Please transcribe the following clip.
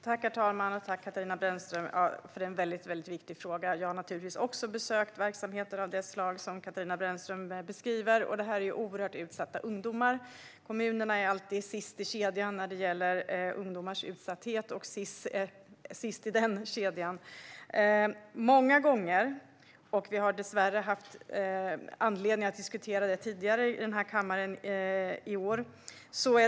Herr talman! Tack, Katarina Brännström, för en mycket viktig fråga! Jag har naturligtvis också besökt verksamheter av det slag som Katarina Brännström beskriver. Det är fråga om oerhört utsatta ungdomar. Kommunerna är alltid sist i kedjan när det gäller ungdomars utsatthet, och Sis är sist i den kedjan. Vi har haft anledning att diskutera dessa frågor i kammaren tidigare i år.